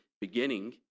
beginning